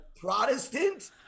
Protestant